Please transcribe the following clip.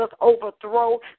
overthrow